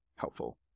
helpful